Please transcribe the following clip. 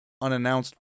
unannounced